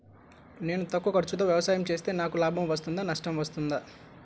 నేను తక్కువ ఖర్చుతో వ్యవసాయం చేస్తే నాకు లాభం వస్తుందా నష్టం వస్తుందా?